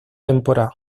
temporada